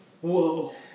Whoa